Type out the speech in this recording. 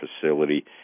facility